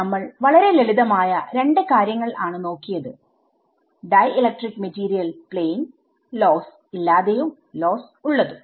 നമ്മൾ വളരെ ലളിതമായ 2 കാര്യങ്ങൽൾ ആണ് നോക്കിയത് ഡൈഇലക്ട്രിക് മെറ്റീരിയൽ പ്ലെയിൻ ലോസ്സ് ഇല്ലാതെയും ലോസ്സ്ഉള്ളതും